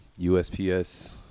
USPS